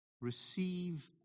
receive